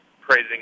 praising